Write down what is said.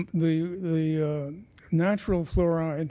um the the natural fluoride